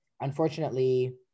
unfortunately